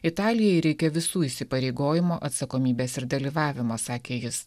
italijai reikia visų įsipareigojimo atsakomybės ir dalyvavimo sakė jis